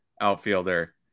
outfielder